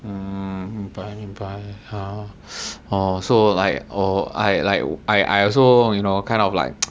mm 明白明白 how oh so like or I like I I also you know kind of like